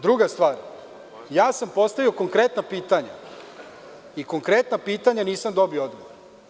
Druga stvar, ja sam postavio konkretna pitanja, i na konkretna pitanja nisam dobio odgovor.